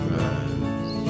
rise